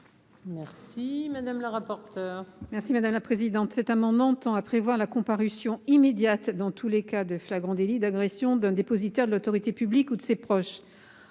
Merci madame la rapporteure.